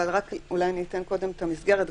אבל רק אולי אני אתן קודם את המסגרת,